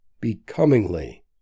becomingly